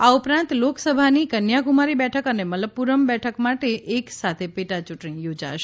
આ ઉપરાંત લોકસભાની કન્યાકુમારી બેઠક અને મલપ્પુરમ બેઠક માટે એક સાથે પેટાચુંટણી યોજાશે